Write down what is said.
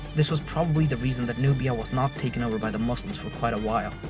this was probably the reason that nubia was not taken over by the muslim for quite a while.